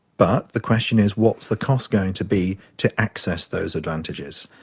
but the question is what is the cost going to be to access those advantages.